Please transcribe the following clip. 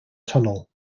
tunnel